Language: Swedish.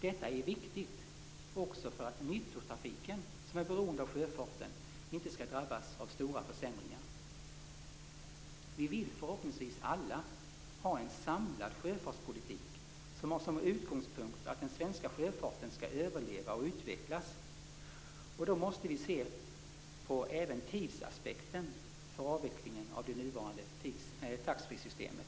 Detta är viktigt också för att nyttotrafiken, som är beroende av sjöfarten, inte skall drabbas av stora försämringar. Vi vill förhoppningsvis alla ha en samlad sjöfartspolitik som har som utgångspunkt att den svenska sjöfarten skall överleva och utvecklas. Då måste vi även se på tidsaspekten för avvecklingen av det nuvarande taxfreesystemet.